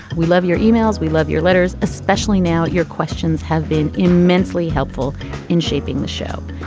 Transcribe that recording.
we love your yeah e-mails. we love your letters, especially now. your questions have been immensely helpful in shaping the show.